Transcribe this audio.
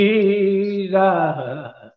Jesus